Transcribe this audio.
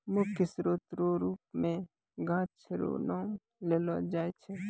मुख्य स्रोत रो रुप मे गाछ रो नाम लेलो जाय छै